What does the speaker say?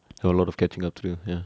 I have a lot of catching up to do ya